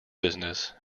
business